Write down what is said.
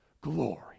glory